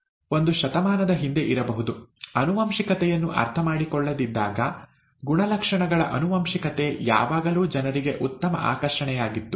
ಒಂದು ಶತಮಾನದ ಹಿಂದೆ ಇರಬಹುದು ಆನುವಂಶಿಕತೆಯನ್ನು ಅರ್ಥಮಾಡಿಕೊಳ್ಳದಿದ್ದಾಗ ಗುಣಲಕ್ಷಣಗಳ ಆನುವಂಶಿಕತೆ ಯಾವಾಗಲೂ ಜನರಿಗೆ ಉತ್ತಮ ಆಕರ್ಷಣೆಯಾಗಿತ್ತು